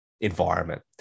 Environment